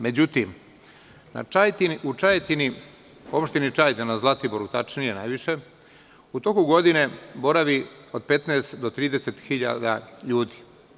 Međutim, u Opštini Čajetina, na Zlatiboru tačnije, najviše, u toku godine boravi od 15.000 do 30.000 ljudi.